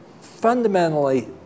fundamentally